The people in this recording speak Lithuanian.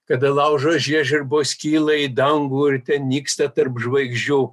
kada laužo žiežirbos kyla į dangų urtė nyksta tarp žvaigždžių